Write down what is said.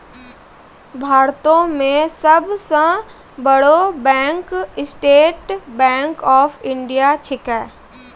भारतो मे सब सं बड़ो bank state bank of India छिकै